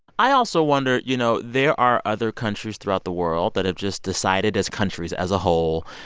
i also wonder, you know, there are other countries throughout the world that have just decided as countries, as a whole,